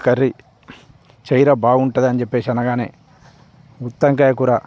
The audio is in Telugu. కర్రీ చెయ్యరా బాగుంటుంది అని చెప్పేసి అనగానే గుత్తి వంకాయ కూర